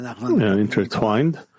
intertwined